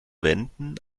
wenden